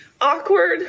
awkward